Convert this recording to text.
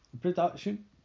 production